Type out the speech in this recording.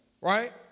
right